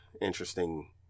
interesting